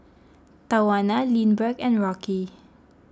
Tawana Lindbergh and Rocky